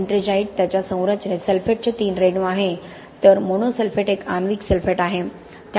ettringite त्याच्या संरचनेत सल्फेटचे 3 रेणू आहे तर मोनो सल्फेट एक आण्विक सल्फेट आहे